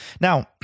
Now